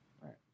Right